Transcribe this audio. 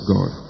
God